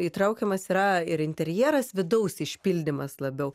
įtraukiamas yra ir interjeras vidaus išpildymas labiau